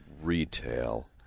retail